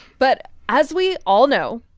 but as we all know,